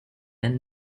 and